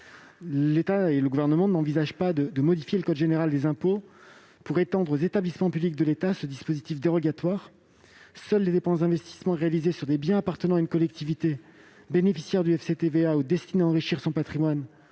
l'État. Le Gouvernement n'envisage pas de modifier le code général des impôts pour étendre aux établissements publics de l'État ce dispositif dérogatoire. Seules les dépenses d'investissement réalisées sur des biens appartenant à une collectivité bénéficiaire du FCTVA ou destinés à enrichir son patrimoine